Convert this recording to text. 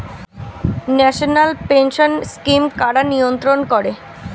National pension scheme কারা নিয়ন্ত্রণ করে?